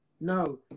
no